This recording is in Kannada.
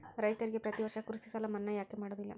ರೈತರಿಗೆ ಪ್ರತಿ ವರ್ಷ ಕೃಷಿ ಸಾಲ ಮನ್ನಾ ಯಾಕೆ ಮಾಡೋದಿಲ್ಲ?